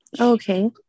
Okay